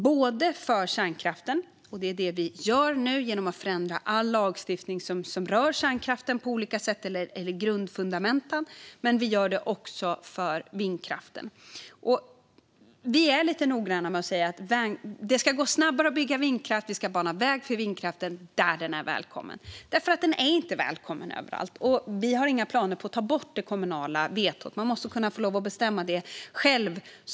Vi gör nu detta för kärnkraften genom att förändra all lagstiftning som rör den - grundfundamenten. Men vi gör det också för vindkraften. Vi är noggranna med att säga att det ska gå snabbare att bygga vindkraft och att vi ska bana väg för vindkraften där den är välkommen, men den är inte välkommen överallt. Vi har inga planer på att ta bort det kommunala vetot. En kommun måste få lov att bestämma det här själv.